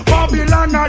Babylon